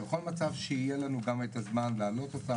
בכל מצב שיהיה לנו גם הזמן להעלות אותם,